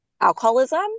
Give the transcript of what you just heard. alcoholism